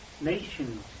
nations